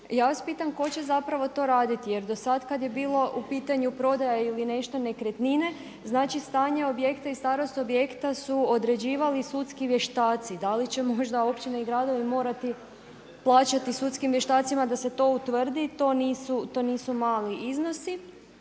Ja vas pitam tko će zapravo to raditi jer do sad kad je bilo u pitanju prodaja ili nešto nekretnine, znači stanje objekta i starost objekta su određivali sudski vještaci. Da li će možda općine i gradovi morati plaćati sudskim vještacima da se to utvrdi, to nisu mali iznosi.